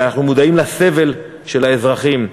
אנחנו מודעים לסבל של האזרחים.